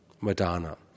Madonna